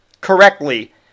correctly